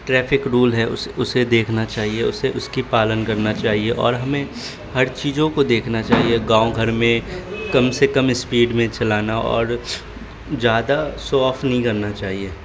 traffic rule ہے اس اسے دیکھنا چاہیے اسے اس کی پالن کرنا چاہیے اور ہمیں ہر چیزوں کو دیکھنا چاہیے گاؤں گھر میں کم سے کم اسپیڈ میں چلانا اور زیادہ شو آف نہیں کرنا چاہیے